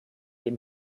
dem